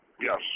Yes